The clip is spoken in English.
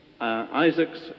Isaac's